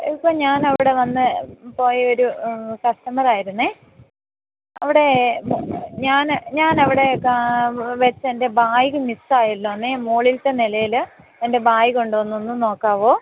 ഒരു ദിവസം ഞാനവിടെ വന്ന് പോയ ഒരു കസ്റ്റമറായിരുന്നു അവിടെ ഞാൻ ഞാനവിടെ വെച്ച് എൻ്റെ ബാഗ് മിസ് ആയല്ലോ മുകളിലത്തെ നിലയിൽ എൻ്റെ ബാഗ് ഉണ്ടോന്ന് ഒന്ന് നോക്കാവോ